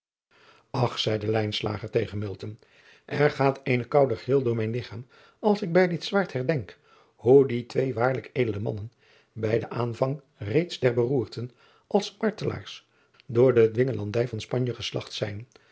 ch zeide tegen er gaat eene koude gril door mijn ligchaam als ik bij dit zwaard herdenk hoe die twee waarlijk edele mannen bij den aanvang reeds der beroerten als martelaars door de dwingelandij van panje geslagt zijn